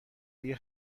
دیگه